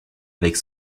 avec